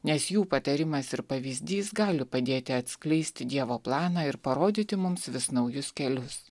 nes jų patarimas ir pavyzdys gali padėti atskleisti dievo planą ir parodyti mums vis naujus kelius